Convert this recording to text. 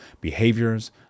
behaviors